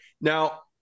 Now